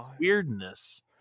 weirdness